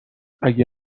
اگه